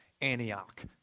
Antioch